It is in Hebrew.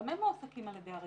גם הם מועסקים על ידי הרשתות,